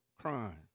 crying